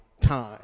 time